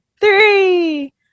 three